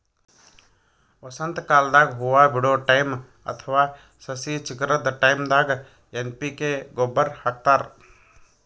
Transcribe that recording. ವಸಂತಕಾಲದಾಗ್ ಹೂವಾ ಬಿಡೋ ಟೈಮ್ ಅಥವಾ ಸಸಿ ಚಿಗರದ್ ಟೈಂದಾಗ್ ಎನ್ ಪಿ ಕೆ ಗೊಬ್ಬರ್ ಹಾಕ್ತಾರ್